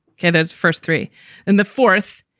yeah those first three and the fourth,